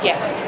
Yes